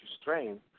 strain